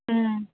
ꯎꯝ